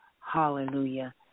Hallelujah